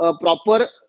proper